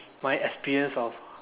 my experience of